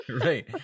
Right